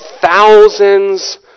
thousands